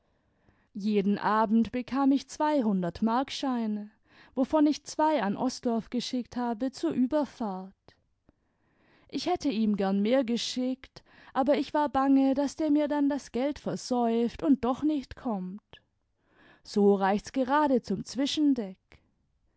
jeden abend bekam ich zwei hundertmarkscheine wovon ich zwei an osdorff geschickt habe zur überfahrt ich hätte ihm gern tnehr geschickt aber ich war bange daß der mir dann das geld versäuft und doch nicht kommt so reicht's gerade zum zwischendeck